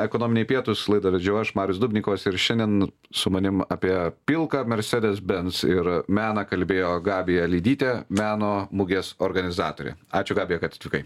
ekonominiai pietūs laidą vedžiau aš marius dubnikovas ir šiandien su manim apie pilką mercedes benz ir meną kalbėjo gabija lidytė meno mugės organizatorė ačiū gabija kad atvykai